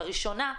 הראשונה,